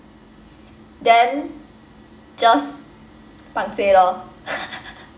then just pangseh lor